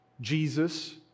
Jesus